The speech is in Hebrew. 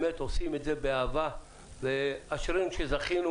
הם באמת עושים את זה באהבה ואשריהם שזכינו